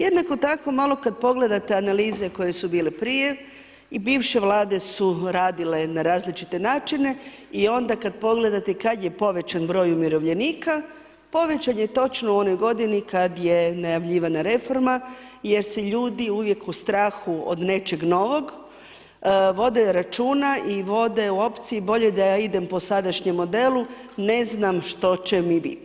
Jednako tako malo kad pogledate analize koje su bile prije i bivše vlade su radile na različite načine i onda kad pogledate kad je povećan broj umirovljenika, povećan je točno u onoj godini kad je najavljivana reforma jer se ljudi uvijek u strahu od nečeg novog vode računa i vode u opciji bolje da ja idem po sadašnjem modelu, ne znam što će mi biti.